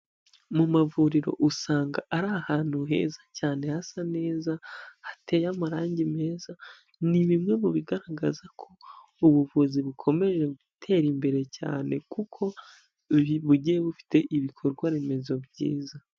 Mu mavuriro, usanga ari ahantu heza cyane hasa neza hateye amarange meza, ni bimwe mu bigaragaza ko ubu buvuzi bukomeje gutera imbere cyane kuko bugiye bufite ibikorwa remezo byiza.